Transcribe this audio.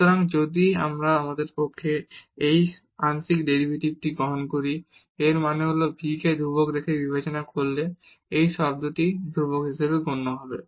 সুতরাং যদি আমরা আপনার ক্ষেত্রে সেই আংশিক ডেরিভেটিভ গ্রহণ করি এর মানে হল v কে ধ্রুবক হিসেবে বিবেচনা করলে এই শব্দটি ধ্রুবক হিসেবে গণ্য হবে